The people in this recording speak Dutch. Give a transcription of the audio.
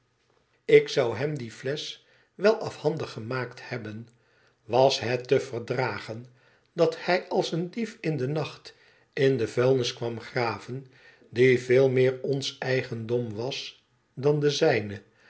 ik zou hem die flesch wel afhandig gemaakt hebben was het te verdragen dat hij als een dief in den nacht in de vuilnis kwam graven die veel meer ods eigendom was dan de zijne